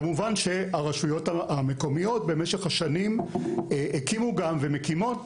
כמובן שהרשויות המקומיות במשך השנים הקימו גם ומקימות